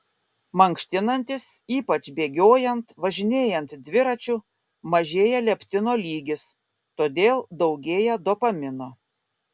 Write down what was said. mankštinantis ypač bėgiojant važinėjant dviračiu mažėja leptino lygis todėl daugėja dopamino